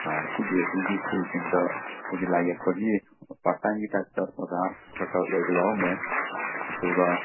ꯁꯤ B S ꯁꯤꯒꯤ ꯁ꯭ꯀꯨꯜꯁꯤꯡꯗ ꯑꯩꯈꯣꯏꯒꯤ ꯂꯥꯏ ꯌꯦꯛꯄꯒꯤ ꯄꯥꯔ꯭ꯠ ꯇꯥꯏꯝꯒꯤ ꯇꯥꯏꯞꯇ ꯑꯣꯖꯥ ꯈꯔ ꯈꯔ ꯑꯣꯏꯕ ꯌꯥꯎꯔꯝꯃꯦ ꯑꯗꯨꯒ